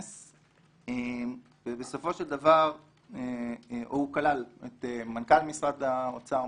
הוא כלל את מנכ"ל משרד האוצר,